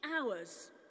hours